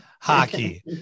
hockey